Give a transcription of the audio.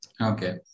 Okay